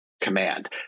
command